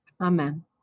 Amen